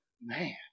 man